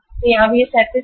तो यहाँ भी यह 37 है